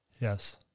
Yes